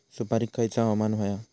सुपरिक खयचा हवामान होया?